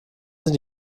sind